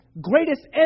greatest